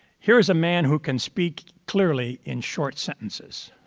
here is a man who can speak clearly in short sentences.